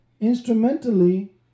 Instrumentally